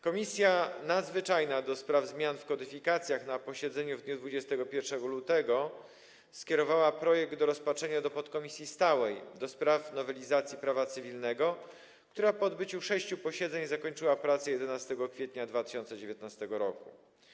Komisja Nadzwyczajna do spraw zmian w kodyfikacjach na posiedzeniu w dniu 21 lutego skierowała projekt do rozpatrzenia do podkomisji stałej do spraw nowelizacji prawa cywilnego, która po odbyciu sześciu posiedzeń zakończyła pracę 11 kwietnia 2019 r.